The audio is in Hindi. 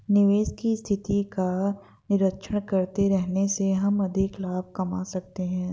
निवेश की स्थिति का निरीक्षण करते रहने से हम अधिक लाभ कमा सकते हैं